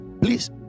Please